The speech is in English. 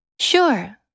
Sure